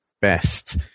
best